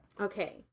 Okay